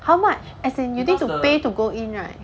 how much as in you need to pay to go in right